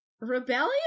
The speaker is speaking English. Rebellion